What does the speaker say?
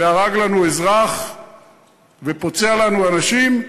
והרג לנו אזרח ופוצע לנו אנשים,